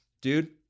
Dude